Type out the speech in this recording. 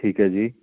ਠੀਕ ਹੈ ਜੀ